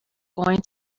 going